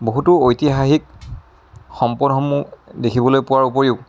বহুতো ঐতিহাসিক সম্পদসমূহ দেখিবলৈ পোৱাৰ উপৰিও